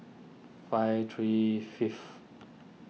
five three fifth